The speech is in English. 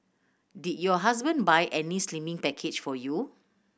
did your husband buy any slimming package for you